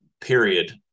period